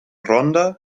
ronda